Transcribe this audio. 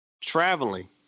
traveling